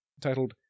titled